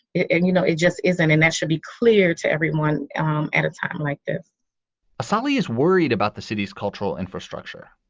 and, you know, it just isn't. and that should be clear to everyone at a time like this assali is worried about the city's cultural infrastructure,